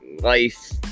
life